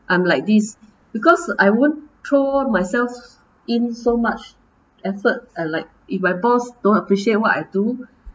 I'm like this because I won't throw myself in so much effort uh like if my boss don't appreciate what I do